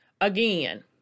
Again